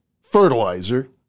fertilizer